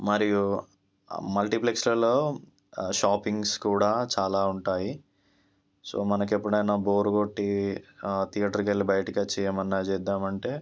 మరియు మల్టీప్లెక్స్లలో షాపింగ్స్ కూడా చాలా ఉంటాయి సో మనకి ఎప్పుడన్నా బోర్ కొట్టి థియేటర్కు వెళ్ళి బయటికి వచ్చి ఏమన్నా చేద్దామంటే